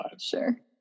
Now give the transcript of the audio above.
Sure